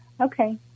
Okay